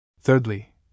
Thirdly